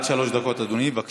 עד שלוש דקות, אדוני, בבקשה.